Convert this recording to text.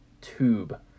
tube